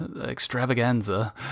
extravaganza